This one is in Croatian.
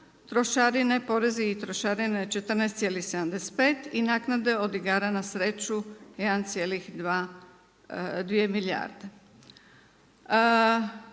porezi i trošarine 14,75 i naknade od igara na sreću 1,2 milijarde.